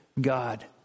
God